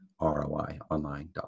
roionline.com